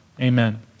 Amen